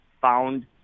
found